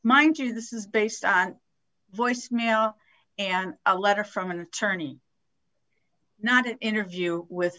mind you this is based on voicemail and a letter from an attorney not an interview with